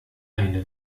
eine